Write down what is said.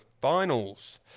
finals